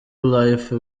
lyfe